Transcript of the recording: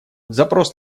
запрос